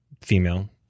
female